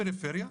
הפריפריה,